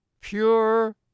Pure